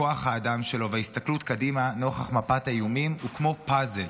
כוח האדם שלו וההסתכלות קדימה נוכח מפת האיומים הוא כמו פאזל.